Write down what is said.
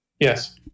Yes